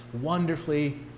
wonderfully